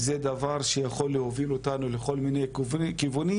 זה דבר שיכול להוביל אותנו לכל מיני כיוונים,